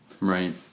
right